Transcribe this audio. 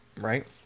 right